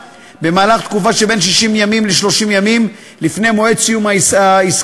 במהלך תקופה שבין 60 ימים ל-30 ימים לפני מועד סיום העסקה.